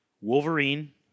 Wolverine